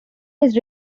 his